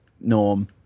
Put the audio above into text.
Norm